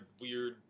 weird